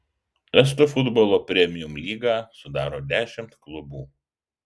estų futbolo premium lygą sudaro dešimt klubų